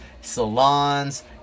Salons